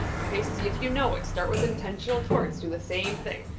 okay. see if you know it. start with intentional torts. do the same thing.